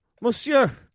monsieur